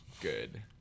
good